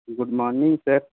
good morning sir